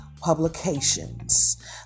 publications